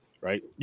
right